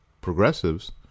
progressives